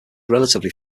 relatively